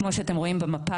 (באמצעות מפה) כמו שאתם רואים במפה,